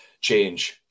change